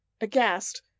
Aghast